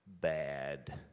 bad